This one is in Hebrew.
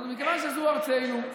ומכיוון שזו ארצנו,